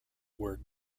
where